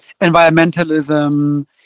environmentalism